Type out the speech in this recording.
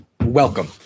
Welcome